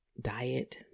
diet